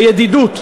בידידות,